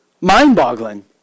mind-boggling